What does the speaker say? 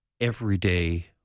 everyday